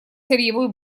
сырьевой